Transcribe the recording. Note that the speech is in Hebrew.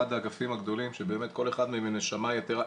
אחד האגפים הגדולים שבאמת כל אחד מהם היא נשמה יתרה,